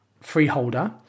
freeholder